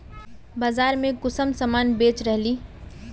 बाजार में कुंसम सामान बेच रहली?